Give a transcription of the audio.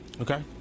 Okay